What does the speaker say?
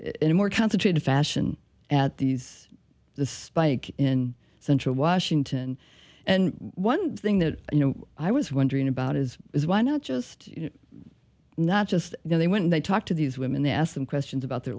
in a more concentrated fashion at these the spike in central washington and one thing that you know i was wondering about is why not just not just you know they when they talk to these women they ask them questions about their